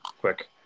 Quick